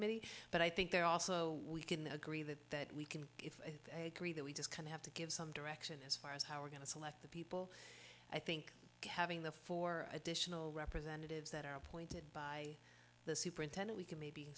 many but i think there also we can agree that we can if they agree that we just kind of have to give some direction as far as how we're going to select the people i think having the four additional representatives that are appointed by the superintendent we can maybe